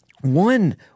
one